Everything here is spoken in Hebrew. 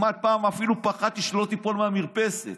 פעם אפילו פחדתי, שלא תיפול מהמרפסת.